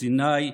סיני,